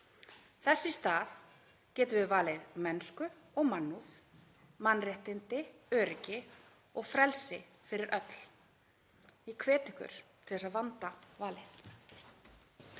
Þess í stað getum við valið mennsku og mannúð, mannréttindi, öryggi og frelsi fyrir öll. Ég hvet ykkur til að vanda valið.